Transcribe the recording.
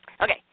Okay